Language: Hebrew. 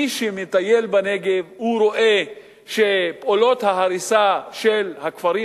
מי שמטייל בנגב רואה שההריסה של הכפרים